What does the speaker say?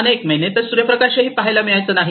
अनेक महिने सूर्यप्रकाशही पहायला मिळायचा नाही